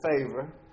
favor